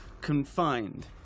confined